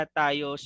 tayo